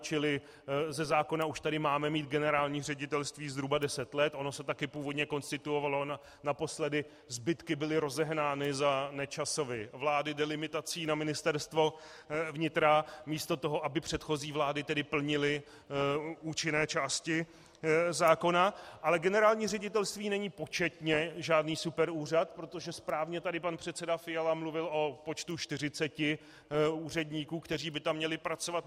Čili ze zákona už tady máme mít generální ředitelství zhruba deset let, ono se také původně konstituovalo naposledy, zbytky byly rozehnány za Nečasovy vlády delimitací na Ministerstvo vnitra místo toho, aby předchozí vlády tedy plnily účinné části zákona, ale generální ředitelství není početně žádný superúřad, protože správně tady pan předseda Fiala mluvil o počtu čtyřiceti úředníků, kteří by tam měli pracovat.